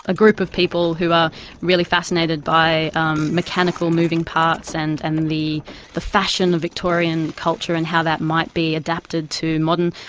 ah group of people who are really fascinated by um mechanical moving parts and and the the fashion of victorian culture and how that might be adapted to modern,